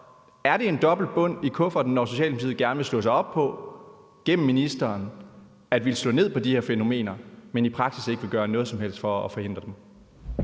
er det en dobbeltbund i kufferten, når Socialdemokratiet gerne vil slå sig op på gennem ministeren at ville slå ned på de her fænomener, men i praksis ikke vil gøre noget som helst for at forhindre dem?